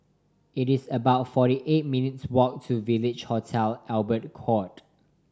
it is about forty eight minutes' walk to Village Hotel Albert Court